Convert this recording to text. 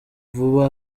vuba